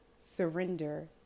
surrender